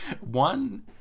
one